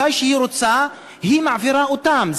מתי שהיא רוצה, מעבירה אותם.